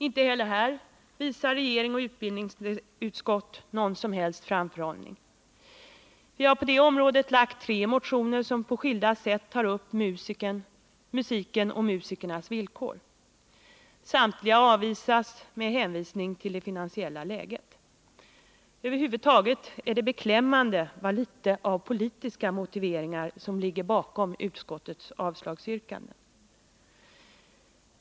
Inte heller här visar regering och kulturutskottet någon som helst framförhållning. Vi har på det området väckt tre motioner som på skilda sätt tar upp musikens och musikernas villkor. Samtliga avvisas med hänvisning till det finansiella läget. Över huvud taget är det beklämmande vad litet av politiska motiveringar som ligger bakom utskottets avslagsyrkande.